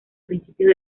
principios